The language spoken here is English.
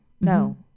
No